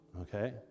Okay